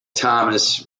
thomas